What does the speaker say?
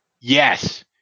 Yes